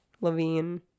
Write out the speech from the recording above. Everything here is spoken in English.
Levine